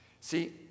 See